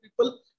people